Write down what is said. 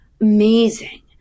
amazing